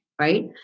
right